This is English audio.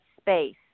space